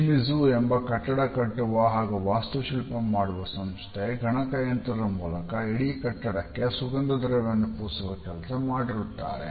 Shimizu ಎಂಬ ಕಟ್ಟಡ ಕಟ್ಟುವ ಹಾಗು ವಾಸ್ತುಶಿಲ್ಪ ಮಾಡುವ ಸಂಸ್ಥೆ ಘಣಕ ಯಂತ್ರದ ಮೂಲಕ ಇಡೀ ಕಟ್ಟಡಕ್ಕೆ ಸುಗಂಧ ದ್ರವ್ಯವನ್ನು ಪೂಸುವ ಕೆಲಸವನ್ನುಮಾಡಿರುತ್ತಾರೆ